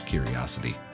Curiosity